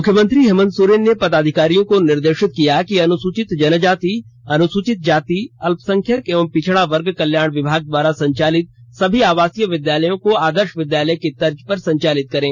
मुख्यमंत्री हेमंत सोरेन ने पदाधिकारियों को निर्देशित किया कि अनुसूचित जनजाति अनुसूचित जाति अल्पसंख्यक एवं पिछड़ा वर्ग कल्याण विभाग द्वारा संचालित सभी आवासीय विद्यालयों को आदर्श विद्यालयों की तर्ज पर संचालित करें